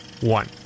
one